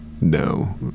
No